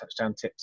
touchdowntips